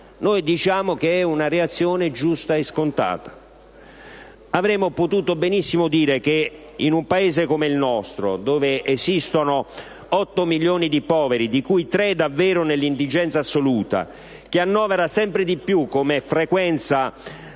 Noi diciamo che è una reazione giusta e scontata. Avremmo potuto benissimo dire che in un Paese come il nostro, dove esistono 8 milioni di poveri, di cui 3 davvero nell'indigenza assoluta, che annovera con sempre più frequenza